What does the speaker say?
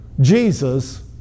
Jesus